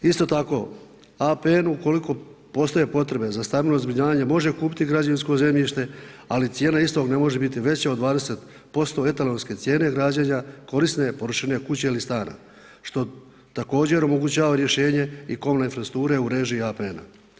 Isto tako APN ukoliko postoje potrebe za stambeno zbrinjavanje može kupiti građevinsko zemljište, ali cijena istog ne može biti veća od 20% … cijene građena korisne površine kuće ili stana što također omogućava rješenje i komunalne infrastrukture u režiji APN-a.